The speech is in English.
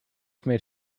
made